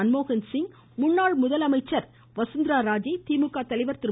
மன்மோகன்சிங் முன்னாள் முதலமைச்சர் வசுந்தரா ராஜே திமுக தலைவர் திரு